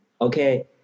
okay